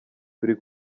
turi